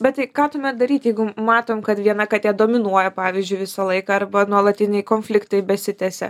bet tai ką tuomet daryti jeigu matom kad viena katė dominuoja pavyzdžiui visą laiką arba nuolatiniai konfliktai besitęsia